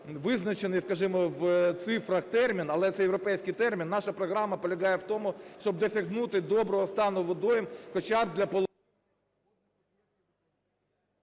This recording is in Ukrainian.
невизначений, скажімо, в цифрах термін, але це європейський термін. Наша програма полягає в тому, щоб досягнути доброго стану водойм хоча б для…